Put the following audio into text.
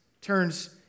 Turns